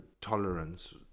tolerance